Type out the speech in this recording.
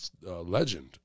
legend